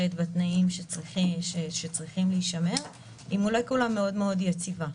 בתנאים שצריכים להישמר היא מולקולה מאוד מאוד יציבה.